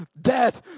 dead